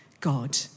God